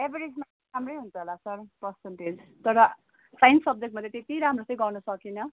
एभरेजमा राम्रै हुन्छ होला सर पर्सन्टेज तर साइन्स सब्जेक्टमा चाहिँ त्यति राम्रो चाहिँ गर्नु सकिनँ